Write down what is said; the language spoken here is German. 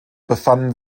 befanden